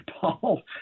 paul